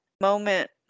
moment